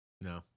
no